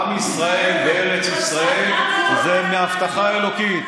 עם ישראל בארץ ישראל זה מההבטחה האלוקית.